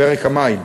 פרק המים.